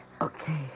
okay